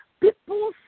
people